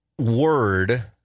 word